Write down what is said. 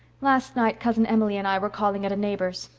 last night cousin emily and i were calling at a neighbor's.